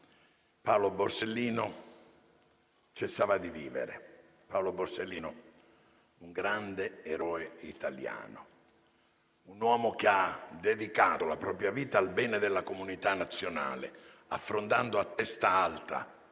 Paolo Borsellino cessava di vivere. Paolo Borsellino, un grande eroe italiano, un uomo che ha dedicato la propria vita al bene della comunità nazionale, affrontando a testa alta